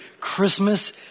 Christmas